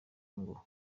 ngo